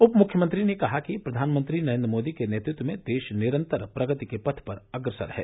उप मुख्यमंत्री ने कहा कि प्रधानमंत्री नरेंद्र मोदी के नेतृत्व में देश निरन्तर प्रगति के पथ पर अग्रसर है